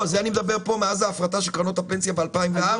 זה אני מדבר פה מאז ההפרטה של קרנות הפנסיה ב-2004.